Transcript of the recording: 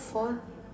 four